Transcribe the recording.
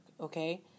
okay